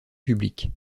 publique